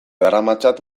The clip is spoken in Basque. daramatzat